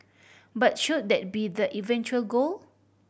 but should that be the eventual goal